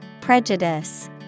Prejudice